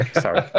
Sorry